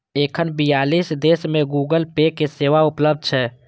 एखन बियालीस देश मे गूगल पे के सेवा उपलब्ध छै